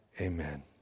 Amen